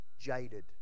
jaded